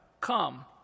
come